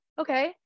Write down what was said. okay